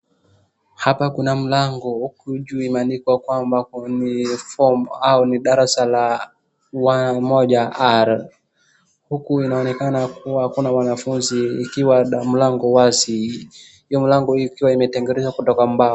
Hapa kuna mlango ukijuu imeandikwa kwamba form au ni darasa la moja R. Huku inaonekana kuwa hakuna wanafunzi ikiwa mlango wazi. Hiyo mlango ikiwa imetengenezwa kutoka mbao.